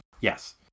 Yes